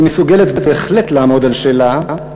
היא מסוגלת בהחלט לעמוד על שלה.